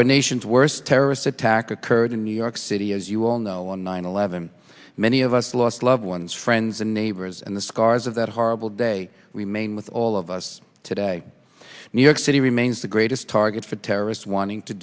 terrorist attack occurred in new york city as you all know on nine eleven many of us lost loved ones friends and neighbors and the scars of that horrible day remain with all of us today new york city remains the greatest target for terrorists wanting to